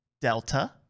Delta